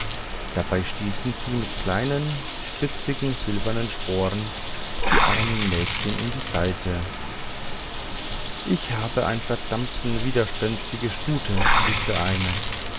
dabei stießen sie mit kleinen spitzigen silbernen sporen die armen mädchen in die seiten ich habe eine verdammt widerspenstige stute rief der eine